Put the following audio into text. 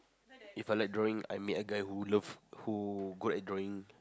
If I like drawing I met a guy who loves who good at drawing